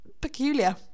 Peculiar